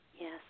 yes